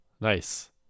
Nice